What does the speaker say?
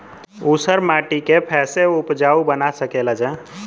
ऊसर माटी के फैसे उपजाऊ बना सकेला जा?